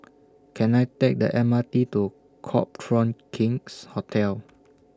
Can I Take The M R T to Copthorne King's Hotel